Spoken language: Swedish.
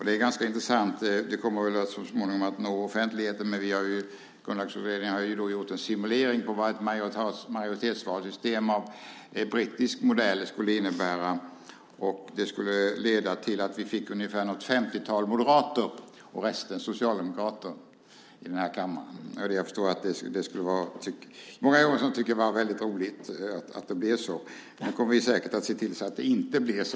Det är ganska intressant, och det kommer väl så småningom att nå offentligheten, att regeringen har gjort en simulering av vad ett majoritetsvalsystem av brittisk modell skulle innebära. Det skulle leda till att vi fick ungefär ett 50-tal moderater och resten socialdemokrater i den här kammaren. Jag förstår att Morgan Johansson skulle tycka att det var väldigt roligt om det blev så, men vi kommer säkert att se till att det inte blir så.